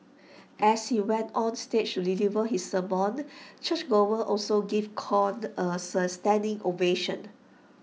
as he went on stage to deliver his sermon churchgoers also gave Kong A sir standing ovation